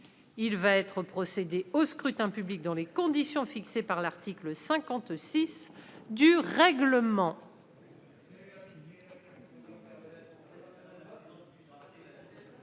Il va être procédé au scrutin dans les conditions fixées par l'article 56 du règlement.